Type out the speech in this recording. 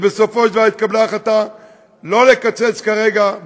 ובסופו של דבר התקבלה החלטה שלא לקצץ כרגע,